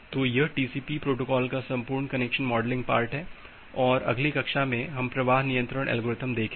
तो यह TCP protocol का संपूर्ण कनेक्शन मॉडलिंग पार्ट है और अगली कक्षा में हम प्रवाह नियंत्रण एल्गोरिथ्म देखेंगे